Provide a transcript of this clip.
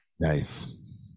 Nice